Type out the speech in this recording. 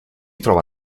trova